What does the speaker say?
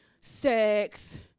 sex